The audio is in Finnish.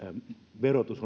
verotus